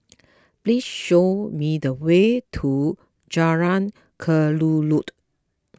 please show me the way to Jalan Kelulut